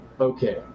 Okay